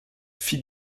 fit